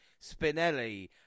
Spinelli